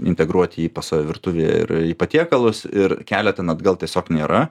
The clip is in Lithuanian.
integruoti jį pas save virtuvėje ir į patiekalus ir kelio ten atgal tiesiog nėra